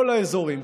כל האזורים,